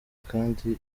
kandi